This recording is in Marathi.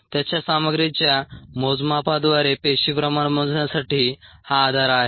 त्याच्या सामग्रीच्या मोजमापाद्वारे पेशी प्रमाण मोजण्यासाठी हा आधार आहे